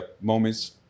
moments